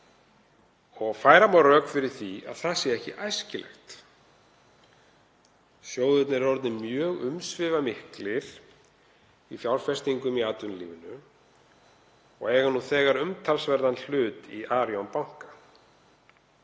og færa má rök fyrir því að það sé ekki æskilegt. Sjóðirnir eru orðnir mjög umsvifamiklir í fjárfestingum í atvinnulífinu og eiga nú þegar umtalsverðan hlut í Arion banka.